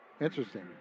Interesting